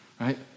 right